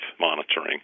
monitoring